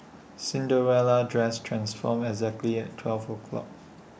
Cinderella's dress transformed exactly at twelve o'clock